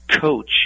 coach